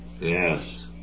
yes